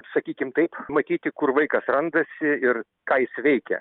sakykim taip matyti kur vaikas randasi ir ką jis veikia